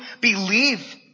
believe